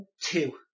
two